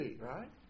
right